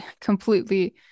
completely